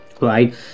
right